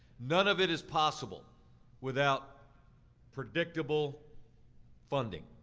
none of it is possible without predictable funding.